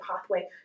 pathway